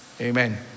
Amen